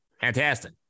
Fantastic